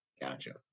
Gotcha